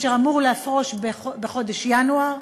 שאמור לפרוש בחודש ינואר,